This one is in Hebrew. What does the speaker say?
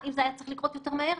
אם זה היה צריך לקרות יותר מהר,